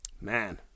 Man